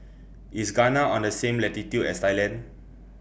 IS Ghana on The same latitude as Thailand